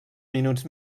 minuts